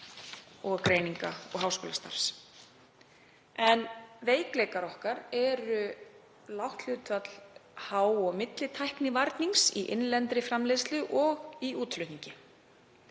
greininga og háskólastarfs. Veikleikar okkar eru lágt hlutfall há- og millitæknivarnings í innlendri framleiðslu og í útflutningi.